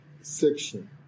section